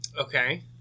Okay